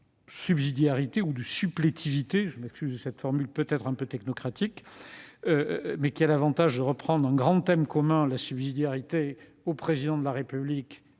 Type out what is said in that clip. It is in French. de subsidiarité ou de « supplétivité »- je m'excuse de cette formule un peu technocratique, mais qui a l'avantage de reprendre un grand thème, celui de la subsidiarité, commun au Président de la République